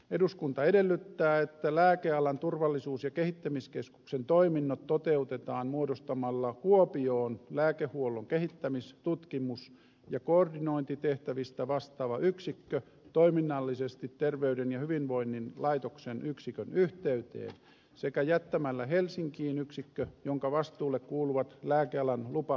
eduskunta edellyttää että lääkealan turvallisuus ja kehittämiskeskuksen toiminnot toteutetaan muodostamalla kuopioon lääkehuollon kehittämis tutkimus ja koordinointitehtävistä vastaava yksikkö toiminnallisesti terveyden ja hyvinvoinnin laitoksen yksikön yhteyteen sekä jättämällä helsinkiin yksikkö jonka vastuulle kuuluvat lääkealan lupa ja valvontatehtävät